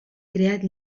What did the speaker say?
creat